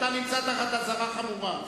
אתה נמצא תחת אזהרה חמורה.